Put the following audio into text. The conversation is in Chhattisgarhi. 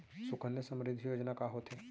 सुकन्या समृद्धि योजना का होथे